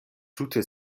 tute